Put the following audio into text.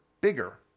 bigger